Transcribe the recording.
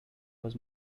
was